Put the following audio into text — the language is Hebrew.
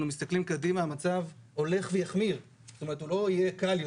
אנחנו מסתכלים קדימה והמצב ילך ויחמיר ולא יהיה קל יותר.